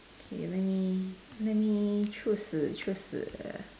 K let me let me choose choose